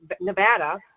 Nevada